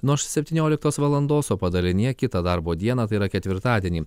nuoš septynioliktos valandos o padalinyje kitą darbo dieną tai yra ketvirtadienį